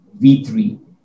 V3